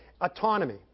Autonomy